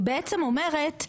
היא בעצם אומרת,